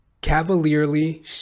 cavalierly